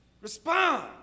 Respond